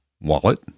wallet